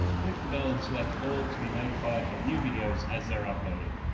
click the bell and select all, to be notified of new videos as they are uploaded.